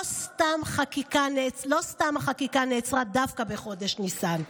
לא סתם החקיקה נעצרה דווקא בחודש ניסן,